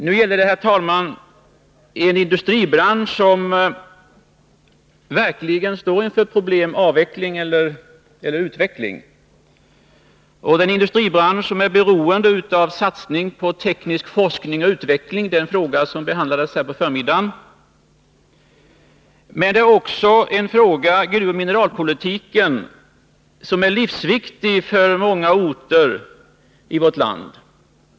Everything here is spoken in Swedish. Nu gäller det, herr talman, en industribransch som verkligen står inför problem, inför avveckling eller utveckling. Det är en industribransch som är beroende av satsning på teknisk forskning och utveckling, en fråga som behandlades här på förmiddagen. Men frågan om gruvoch mineralpolitiken är också livsviktig för många orter i vårt land.